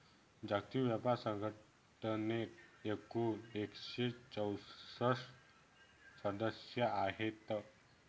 जागतिक व्यापार संघटनेत एकूण एकशे चौसष्ट सदस्य आहेत